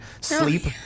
sleep